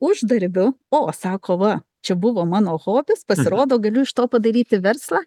uždarbiu o sako va čia buvo mano hobis pasirodo galiu iš to padaryti verslą